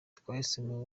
twahisemo